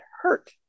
hurt